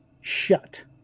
shut